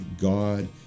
God